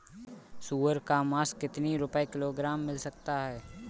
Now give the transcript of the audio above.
सुअर का मांस कितनी रुपय किलोग्राम मिल सकता है?